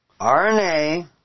RNA